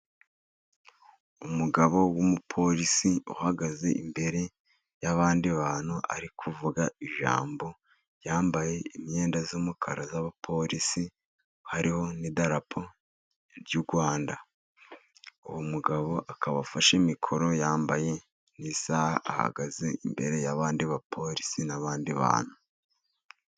Umugabo w'umupolisi uhagaze imbere y'abandi bantu ari kuvuga ijambo, yambaye imyenda y'umukara y'abapolisi hariho n'idarapo ry'u Rwanda, uwo mugabo akaba afashe mikoro yambaye n'isaha ahagaze imbere y'abandi bapolisi n'abandi bantu.